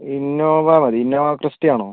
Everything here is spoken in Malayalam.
ഇന്നോവ മതി ഇന്നോവ ക്രിസ്റ്റ ആണോ